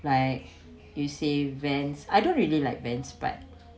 like you say Vans I don't really like Vans but